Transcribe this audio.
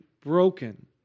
broken